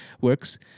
works